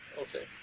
Okay